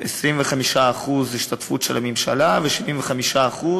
25% השתתפות של הממשלה ו-75%